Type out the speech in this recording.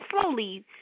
slowly